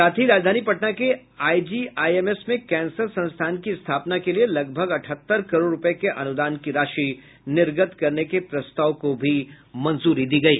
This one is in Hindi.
साथ ही राजधानी पटना के आईजीआईएमएस में कैंसर संस्थान की स्थापना के लिए लगभग अठहत्तर करोड़ रुपये के अनुदान की राशि निर्गत करने के प्रस्ताव को भी मंजूरी दी गयी